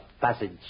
passage